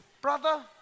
brother